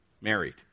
married